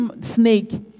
snake